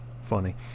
funny